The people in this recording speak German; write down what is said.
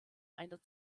einer